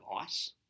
ice